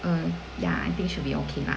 uh ya I think should be okay lah